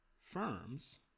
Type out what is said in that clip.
firms